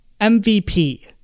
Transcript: MVP